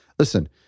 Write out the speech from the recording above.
Listen